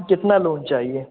कितना लोन चाहिए